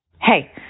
Hey